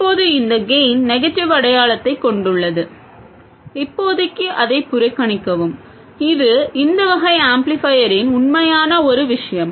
இப்போது இந்த gain negative அடையாளத்தைக் கொண்டுள்ளது இப்போதைக்கு அதை புறக்கணிக்கவும் இது இந்த வகை ஆம்ப்ளிஃபையரின் உண்மையானயான ஒரு விஷயம்